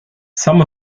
some